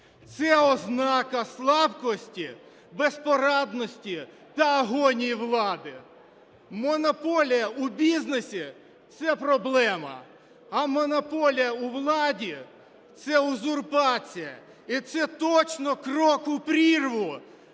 це ознака слабкості, безпорадності та агонії влади. Монополія в бізнесі – це проблема, а монополія у владі – це узурпація і це точно крок у прірву.